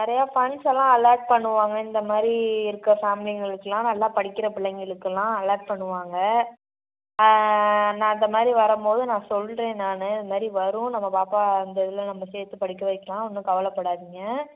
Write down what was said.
நிறைய ஃபண்ட்ஸெலாம் அலாட் பண்ணுவாங்க இந்த மாதிரி இருக்கிற ஃபேமிலிங்களுக்கெலாம் நல்லா படிக்கிற பிள்ளைங்களுக்கெலாம் அலாட் பண்ணுவாங்க நான் இந்த மாதிரி வரும்போது நான் சொல்கிறேன் நான் இந்த மாதிரி வரும் நம்ம பாப்பா அந்த இதில் நம்ம சேர்த்து படிக்க வைக்கலாம் ஒன்றும் கவலைப்படாதீங்க